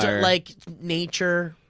so like nature.